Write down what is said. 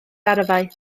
arfau